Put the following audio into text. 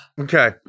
Okay